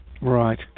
right